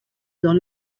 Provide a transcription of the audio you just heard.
dans